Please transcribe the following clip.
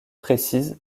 précise